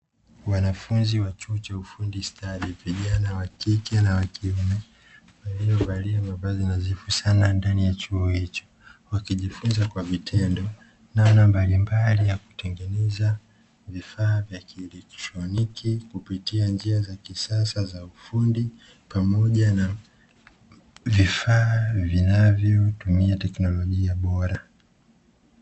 Wanafunzi wa chuo cha ufundi stadi vijana wa kike na wakiume kazi inazidi sana ndani ya chuo hicho, wakijifunza kwa vitendo namna mbalimbali ya kutengeneza vifaa vya kidijishoniki kupitia njia za kisasa za ufundi pamoja na vifaa vinavyotumia teknolojia bora.